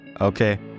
Okay